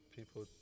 People